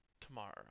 tomorrow